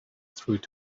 through